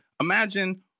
Imagine